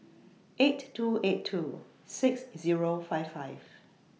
eight two eight two six Zero five five